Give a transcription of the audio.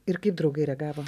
ir kaip draugai reagavo